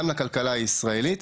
גם לכלכלה הישראלית,